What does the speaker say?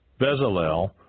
Bezalel